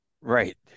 Right